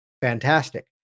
fantastic